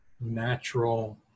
natural